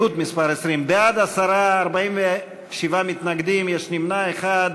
בעד, 10, 47 מתנגדים, יש נמנע אחד.